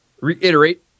reiterate